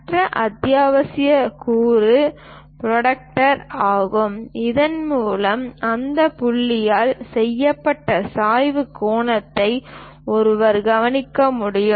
மற்ற அத்தியாவசிய கூறு புரோட்டராக்டர் ஆகும் இதன் மூலம் அந்த புள்ளியால் செய்யப்பட்ட சாய்வு கோணத்தை ஒருவர் கவனிக்க முடியும்